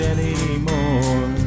Anymore